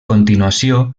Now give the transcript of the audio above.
continuació